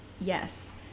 Yes